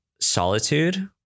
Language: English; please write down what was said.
solitude